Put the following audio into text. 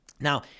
Now